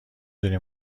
دونی